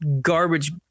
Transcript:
garbage